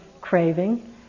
craving